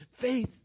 faith